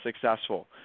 successful